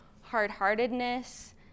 hard-heartedness